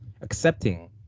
accepting